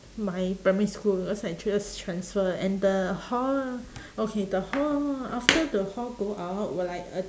my primary school cause I just transfer and the hall okay the hall after the hall go out w~ like a